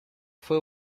for